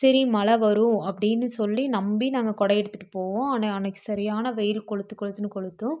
சரி மழை வரும் அப்படின்னு சொல்லி நம்பி நாங்கள் குடை எடுத்துகிட்டு போவோம் ஆனால் அன்றைக்கி சரியான வெயில் கொளுத்து கொளுத்துன்னு கொளுத்தும்